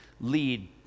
lead